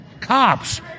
cops